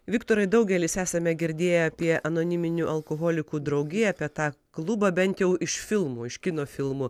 viktorai daugelis esame girdėję apie anoniminių alkoholikų draugiją apie tą klubą bent jau iš filmų iš kino filmų